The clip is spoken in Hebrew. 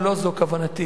ולא זו כוונתי: